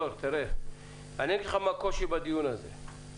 תראה, אני אגיד לך מה הקושי בדיון הזה.